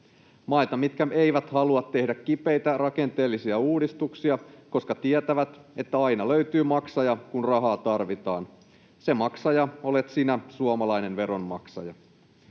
maille, mitkä eivät halua tehdä kipeitä rakenteellisia uudistuksia, koska tietävät, että aina löytyy maksaja, kun rahaa tarvitaan. Se maksaja olet sinä, suomalainen veronmaksaja.